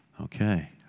Okay